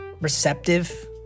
receptive